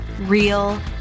real